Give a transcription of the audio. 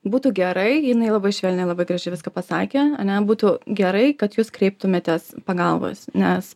būtų gerai jinai labai švelniai labai gražiai viską pasakė ane būtų gerai kad jūs kreiptumėtės pagalbos nes